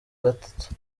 gatatu